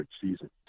season